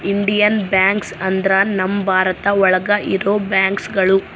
Indian banks ಅಂದ್ರ ನಮ್ ಭಾರತ ಒಳಗ ಇರೋ ಬ್ಯಾಂಕ್ಗಳು